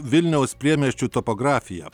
vilniaus priemiesčių topografija